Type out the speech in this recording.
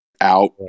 out